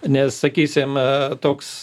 nes sakysime toks